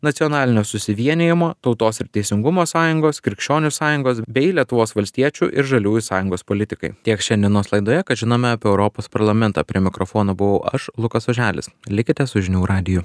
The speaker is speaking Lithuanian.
nacionalinio susivienijimo tautos ir teisingumo sąjungos krikščionių sąjungos bei lietuvos valstiečių ir žaliųjų sąjungos politikai tiek šiandienos laidoje ką žinome apie europos parlamentą prie mikrofono buvau aš lukas oželis likite su žinių radiju